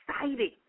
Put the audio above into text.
exciting